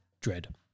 dread